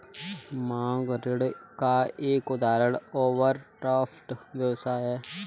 मांग ऋण का एक उदाहरण ओवरड्राफ्ट व्यवस्था है